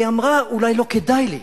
והיא אמרה: אולי לא כדאי לי,